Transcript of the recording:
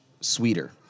sweeter